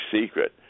secret